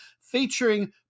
featuring